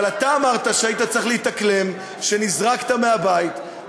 אבל אתה אמרת שהיית צריך להתאקלם, שנזרקת מהבית.